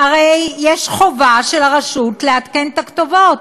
הרי יש חובה של הרשות לעדכן את הכתובות.